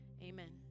amen